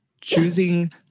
choosing